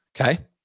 Okay